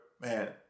man